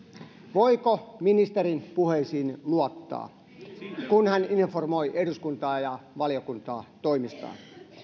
voiko ministerin puheisiin luottaa kun hän informoi eduskuntaa ja valiokuntaa toimistaan